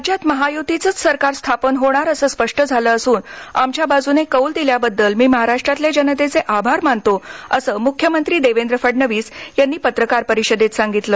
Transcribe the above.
राज्यात महायुतीचंच सरकार स्थापन होणार असं स्पष्ट झालं असून आमच्या बाजूने कौल दिल्याबद्दल मी महाराष्ट्रातल्या जनतेचे आभार मानतो असं मुख्यमंत्री देवेद्र फडणवीस यांनी पत्रकार परिषदेत सांगितलं